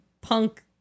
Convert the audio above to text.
punk